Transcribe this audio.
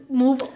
move